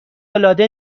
العاده